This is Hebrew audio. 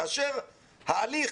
כאשר ההליך,